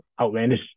outlandish